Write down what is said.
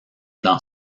dans